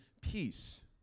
peace